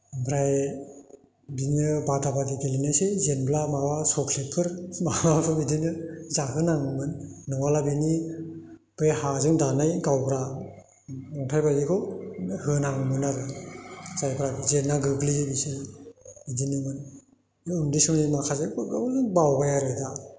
ओमफ्राय बिदिनो बादा बादि गेलेनोसै जेनब्ला माबा चकलेटफोर माबाफोर बिदिनो जाहोनांगौमोन नङाब्ला बेनि बै हाजों दानाय गावग्रा अन्थाइ बायदिखौ होनाङोमोन आरो जायफोरा जेनना गोग्लैयो बिसोरो बिदिनोमोन बे उन्दैसमनि माखासे बावबाय आरो दा